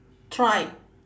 try